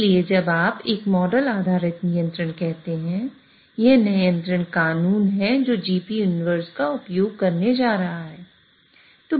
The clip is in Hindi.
इसीलिए जब आप एक मॉडल आधारित नियंत्रण कहते हैं यह नियंत्रण कानून है जो Gp 1 का उपयोग करने जा रहा है